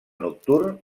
nocturn